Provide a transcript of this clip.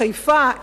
חיפה,